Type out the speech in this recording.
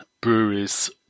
breweries